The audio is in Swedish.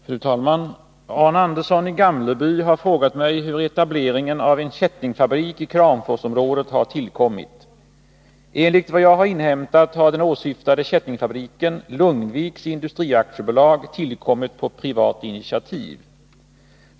Fru talman! Arne Andersson i Gamleby har frågat mig hur etableringen av en kättingfabrik i Kramforsområdet har tillkommit. Enligt vad jag har inhämtat har den åsyftade kättingfabriken, Lugnviks Industri AB, tillkommit på privat initiativ.